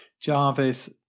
Jarvis